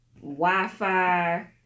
Wi-Fi